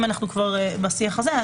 אם אנחנו כבר בשיח הזה,